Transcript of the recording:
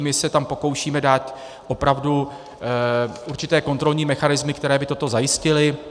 My se tam pokoušíme dát opravdu určité kontrolní mechanismy, které by toto zajistily.